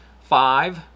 five